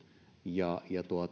ja